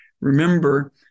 remember